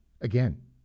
again